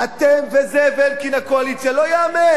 אתם וזאב אלקין, הקואליציה, לא ייאמן.